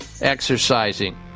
exercising